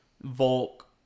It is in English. Volk